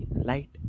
light